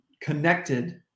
connected